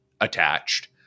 attached